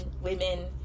women